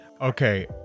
Okay